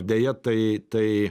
deja tai tai